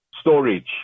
storage